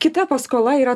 kita paskola yra